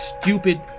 stupid